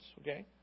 okay